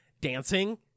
dancing